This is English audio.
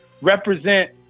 represent